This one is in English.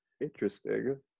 interesting